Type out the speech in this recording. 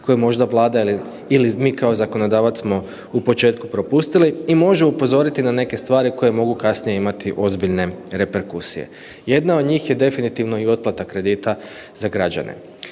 koje možda Vlada ili mi kao zakonodavac smo u početku propustili i može upozoriti na neke stvari koje mogu kasnije imati ozbiljne reperkusije. Jedna od njih je definitivno i otplata kredita za građane.